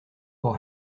pour